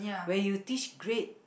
when you teach grade